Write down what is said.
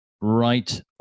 right